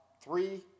three